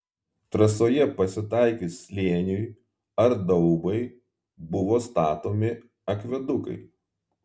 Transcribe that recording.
trasoje pasitaikius slėniui ar daubai buvo statomi akvedukai